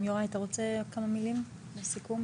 יוראי, אתה רוצה לומר כמה מילים לסיכום?